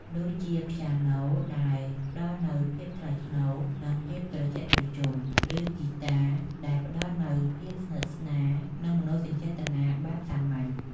ដូចជាព្យាណូដែលផ្ដល់នូវភាពថ្លៃថ្នូរ និងភាពត្រជាក់ត្រជុំ ឬហ្គីតាដែលផ្ដល់នូវភាពស្និទ្ធស្នាល និងមនោសញ្ចេតនាបែបសាមញ្ញ។